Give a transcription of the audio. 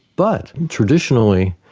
but traditionally,